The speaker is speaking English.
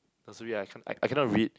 oh sorry I can't I I cannot read